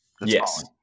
Yes